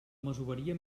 masoveria